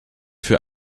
für